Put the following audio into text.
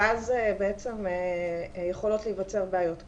ואז בעצם יכולות להיווצר בעיות כאלה.